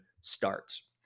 starts